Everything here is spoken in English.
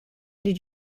did